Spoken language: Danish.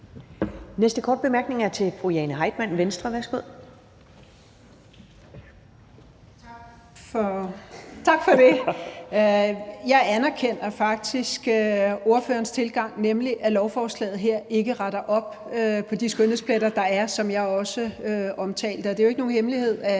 Venstre. Værsgo. Kl. 10:39 Jane Heitmann (V): Tak for det. Jeg anerkender faktisk ordførernes tilgang, nemlig at lovforslaget her ikke retter op på de skønhedspletter, der er, som jeg også omtalte. Og det er jo ikke nogen hemmelighed, at